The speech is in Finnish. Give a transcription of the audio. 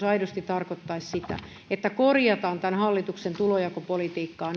aidosti tarkoittaisi sitä että korjataan tämän hallituksen tulonjakopolitiikkaa